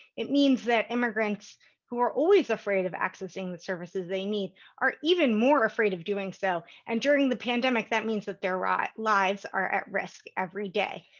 it means that immigrants who are always afraid of accessing the services they need are even more afraid of doing so. and during the pandemic, that means that their ah lives are at risk every day.